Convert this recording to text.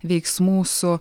veiksmų su